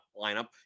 lineup